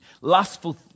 lustful